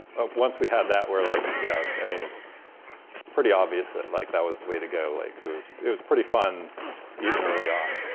once we had that, we were like, yeah. i mean it's pretty obvious that like that was the way to go. like it was it was pretty fun even early on.